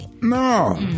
No